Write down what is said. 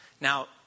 Now